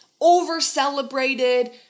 over-celebrated